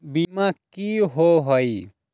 बीमा की होअ हई?